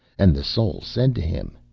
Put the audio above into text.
and the soul said to him,